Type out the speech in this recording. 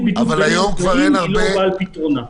בידוד ואין להם תנאים לא באה על פתרונה.